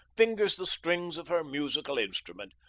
fingers the strings of her musical instrument,